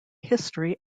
history